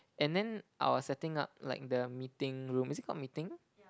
and then I was setting up like the meeting room is it called meeting